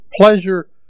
pleasure